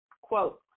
quote